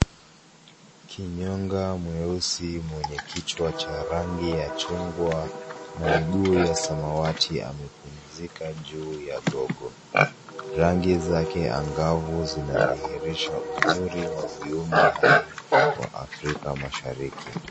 Kinyonga mweusi mwenye kichwa cha rangi ya chungwa na miguu ya samawati yamepumzika juu ya gogo. Rangi zake angavu zinadhihirisha uzuri wa viumbe hai kwa afrika mashariki.